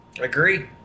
Agree